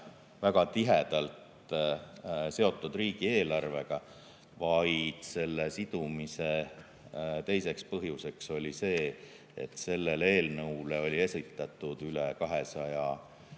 väga tihedalt seotud riigieelarvega, vaid selle sidumise teiseks põhjuseks oli see, et selle eelnõu kohta oli esitatud üle 200